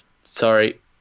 sorry